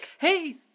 Hey